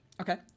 Okay